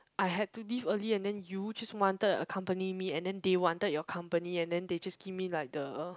I had to leave early and then you just wanted to accompany me and then they wanted your company and then they just give me like the